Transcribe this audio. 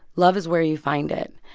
love is where you find it.